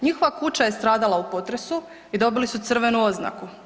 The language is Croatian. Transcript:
Njihova kuća je stradala u potresu i dobili su crvenu oznaku.